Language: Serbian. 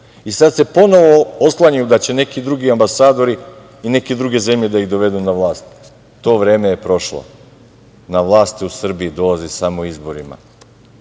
Sad se ponovo oslanjaju da će neki drugi ambasadori i neke druge zemlje da ih dovedu na vlast. To vreme je prošlo. Na vlast se u Srbiji dolazi samo izborima,